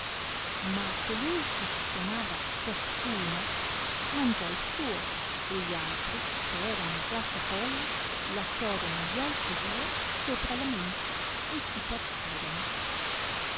ma colui che si chiamava ciascuno mangiò il suo e gli altri che erano già satolli lasciorono gli altri duo sopra la mensa e si partirono